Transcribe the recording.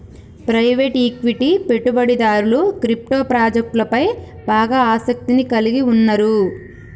private equity పెట్టుబడిదారులు crypto ప్రాజెక్టులపై బాగా ఆసక్తిని కలిగి ఉన్నరు